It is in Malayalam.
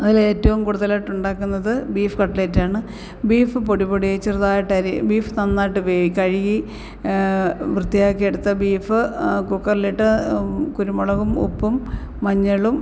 അതിലേറ്റവും കൂടുതലായിട്ടുണ്ടാക്കുന്നത് ബീഫ് കട്ട്ലേറ്റാണ് ബീഫ് പൊടി പൊടി ആയി ചെറുതായിട്ട് ബീഫ് നന്നായിട്ട് കഴുകി വൃത്തിയാക്കി എടുത്ത ബീഫ് കുക്കറിലിട്ട് കുരുമുളകും ഉപ്പും മഞ്ഞളും